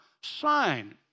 sign